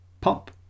pop